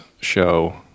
show